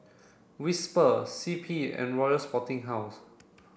Whisper C P and Royal Sporting House